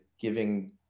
giving